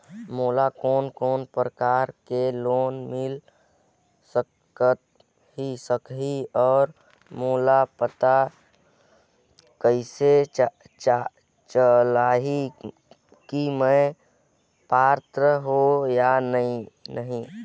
मोला कोन कोन प्रकार के लोन मिल सकही और मोला पता कइसे चलही की मैं पात्र हों या नहीं?